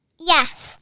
Yes